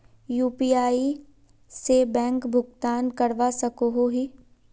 UPI से bank भुगतान करवा सकोहो ही?